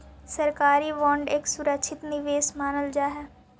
सरकारी बांड एक सुरक्षित निवेश मानल जा हई